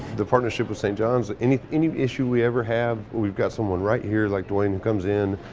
the partnership with st. johns, any any issue we ever have, we've got someone right here like dwayne who comes in,